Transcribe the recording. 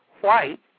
white